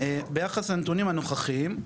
ביחס לנתונים הנוכחיים,